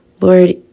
Lord